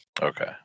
okay